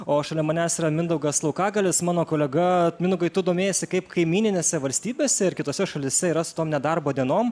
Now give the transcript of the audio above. o šalia manęs yra mindaugas laukagalis mano kolega mindaugai tu domėjaisi kaip kaimyninėse valstybėse ir kitose šalyse yra su tom nedarbo dienom